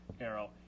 arrow